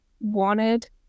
wanted